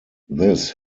this